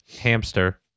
hamster